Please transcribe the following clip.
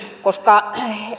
koska